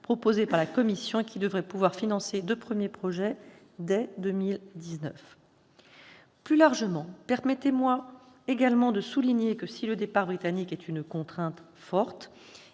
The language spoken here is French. proposé par la Commission et qui devrait pouvoir financer des premiers projets dès 2019. Ensuite, plus largement, permettez-moi de souligner que, si le départ britannique est une contrainte forte,